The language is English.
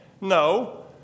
No